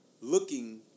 looking